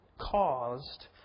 caused